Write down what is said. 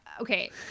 Okay